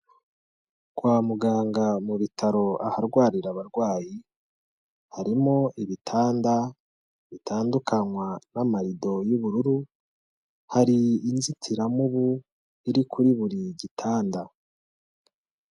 Kwa muganga mu bitaro aharwarira abarwayi, harimo ibitanda bitandukanywa n'amarido y'ubururu, hari inzitiramubu iri kuri buri gitanda.